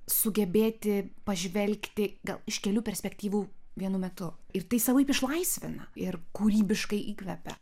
sugebėti pažvelgti gal iš kelių perspektyvų vienu metu ir tai savaip išlaisvina ir kūrybiškai įkvepia